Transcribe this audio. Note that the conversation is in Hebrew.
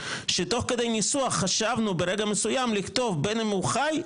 שתוך כדי ניסוח חשבנו ברגע מסוים לכתוב בין אם הוא חי,